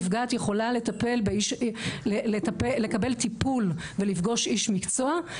נפגעת יכולה לקבל טיפול ולפגוש איש מקצוע.